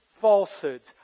falsehoods